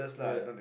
yeah